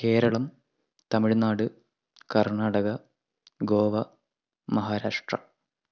Keralam Tamil Nadu Karnataka Goa Maharashtra